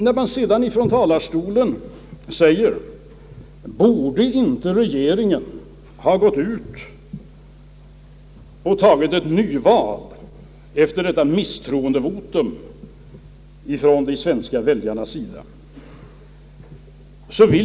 Det har frågats, om inte regeringen borde ha utlyst ett nyval efter detta misstroendevotum från de svenska väljarna.